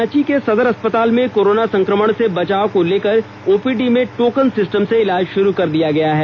रांची के सदर अस्पताल में कोरोना संक्रमण से बचाव को लेकर ओपीडी में टोकन सिस्टम से इलाज शुरू कर दिया गया है